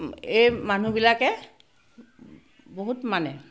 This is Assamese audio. এই মানুহবিলাকে বহুত মানে